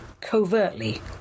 covertly